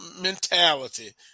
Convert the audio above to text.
mentality